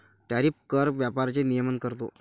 tariff कर व्यापाराचे नियमन करतो